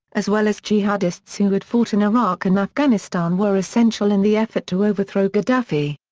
as well as jihadists who had fought in iraq and afghanistan were essential in the effort to overthrow gadhafi.